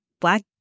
Black